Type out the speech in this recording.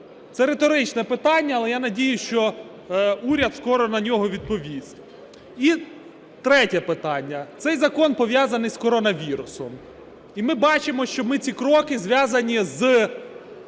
Це риторичне питання, але я надіюсь, що уряд скоро на нього відповість. І третє питання. Цей закон пов'язаний з коронавірусом. І ми бачимо, що ми ці кроки, зв'язані з